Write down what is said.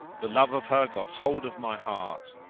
the love of her got hold of my heart.